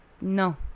No